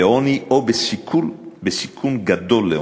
בעוני או בסיכון גדול לעוני.